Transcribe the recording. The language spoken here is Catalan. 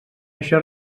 això